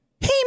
hey